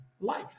life